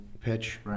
pitch